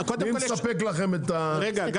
בוודאי.